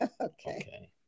Okay